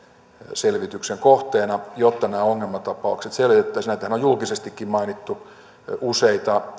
selvityksen kohteena jotta nämä ongelmatapaukset selvitettäisiin näitähän on julkisestikin mainittu useita